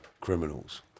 criminals